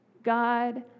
God